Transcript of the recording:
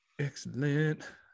Excellent